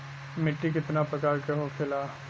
मिट्टी कितना प्रकार के होखेला?